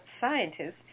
scientists